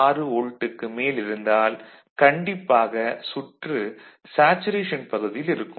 66 volt க்கு மேல் இருந்தால் கண்டிப்பாக சுற்று சேச்சுரேஷன் பகுதியில் இருக்கும்